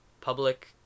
public